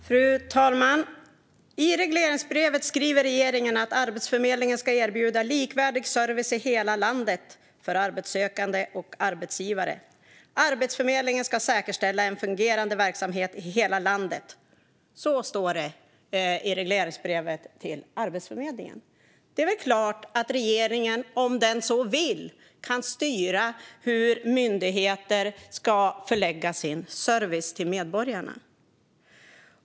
Fru talman! I regleringsbrevet för Arbetsförmedlingen skriver regeringen att Arbetsförmedlingen ska erbjuda likvärdig service i hela landet för arbetssökande och arbetsgivare. Arbetsförmedlingen ska också säkerställa en fungerande verksamhet i hela landet, står det. Det är väl klart att regeringen, om den så vill, kan styra hur myndigheter ska förlägga sin service till medborgarna.